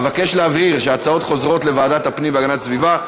אבקש להבהיר שההצעות חוזרות לוועדת הפנים והגנת הסביבה,